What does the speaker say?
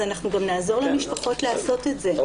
אז אנחנו גם נעזור למשפחות לעשות את זה,